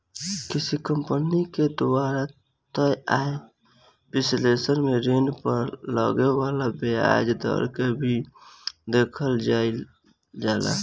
किसी कंपनी के द्वारा तय आय विश्लेषण में ऋण पर लगे वाला ब्याज दर के भी देखल जाइल जाला